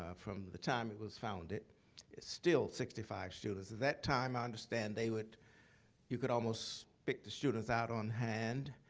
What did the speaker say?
ah from the time it was founded. it's still sixty five students. at that time, i understand they would you could almost pick the students out on hand,